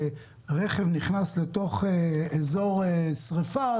רכב נכנס לתוך אזור שריפה,